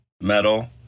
metal